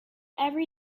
every